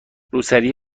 روسری